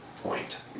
point